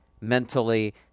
mentally